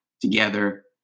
together